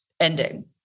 ending